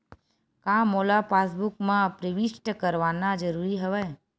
का मोला पासबुक म प्रविष्ट करवाना ज़रूरी हवय?